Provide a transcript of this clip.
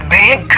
big